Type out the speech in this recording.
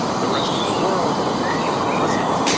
the rest of the world wasn't.